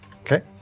Okay